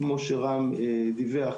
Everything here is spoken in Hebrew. כמו שרם דיווח,